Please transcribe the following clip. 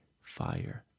fire